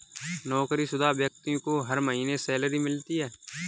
नौकरीशुदा व्यक्ति को हर महीने सैलरी मिलती है